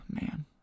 Man